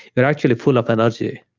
you're actually full of energy.